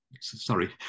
Sorry